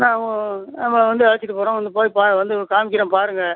நான் வந்து அழைச்சிட்டு போகிறேன் வந்து போய் வந்து காமிக்கிறேன் பாருங்கள்